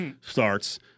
starts